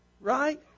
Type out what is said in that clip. Right